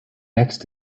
next